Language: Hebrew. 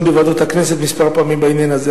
בוועדות הכנסת כמה פעמים בעניין הזה.